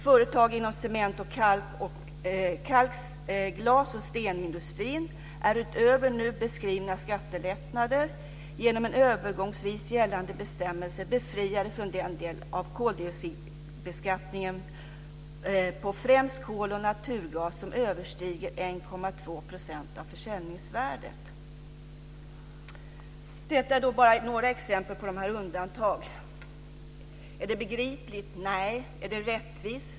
Företag inom cement-, glas och stenindustrin är utöver nu beskrivna skattelättnader genom en övergångsvis gällande bestämmelse befriade från den del av koldioxidbeskattningen på främst kol och naturgas som överstiger 1,2 % av försäljningsvärdet. Detta är bara några exempel på undantag. Är det begripligt? Nej. Är det rättvist?